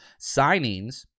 signings